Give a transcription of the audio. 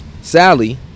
Sally